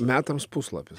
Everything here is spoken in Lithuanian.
metams puslapis